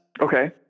Okay